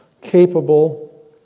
capable